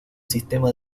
sistema